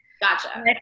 Gotcha